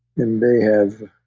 and they have